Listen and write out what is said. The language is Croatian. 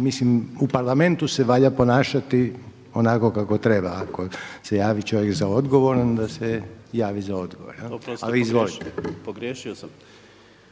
mislim u Parlamentu se valja ponašati onako kako treba, ako se javi čovjek za odgovor onda se javi za odgovor. Ali izvolite.